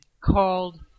called